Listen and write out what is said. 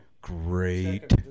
Great